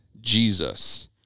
Jesus